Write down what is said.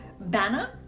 banner